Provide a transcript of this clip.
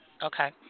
Okay